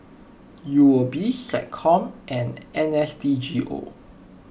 U O B SecCom and N S D G O